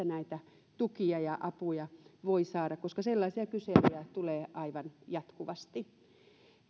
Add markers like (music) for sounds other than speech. (unintelligible) näitä tukia ja apuja voi saada koska sellaisia kyselyjä tulee aivan jatkuvasti